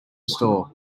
store